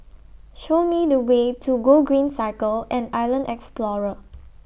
Show Me The Way to Gogreen Cycle and Island Explorer